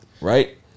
right